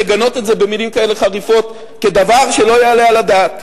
לגנות את זה במלים כאלה חריפות כדבר שלא יעלה על הדעת.